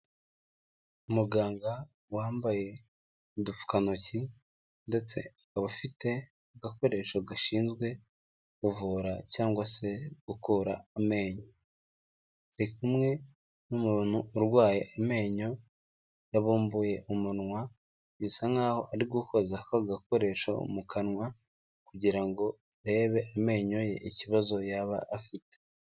Umuganga wambaye udupfukantoki ndetse akaba afite agakoresho gashinzwe kuvura cyangwa se gukura amenyo, ari kumwe n'umuntu urwaye amenyo yabumbuye umunwa, bisa nkaho ari gukoza k'agakoresho mu kanwa kugira ngo arebe amenyo ye ikibazo yaba afite.